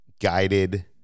guided